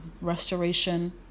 Restoration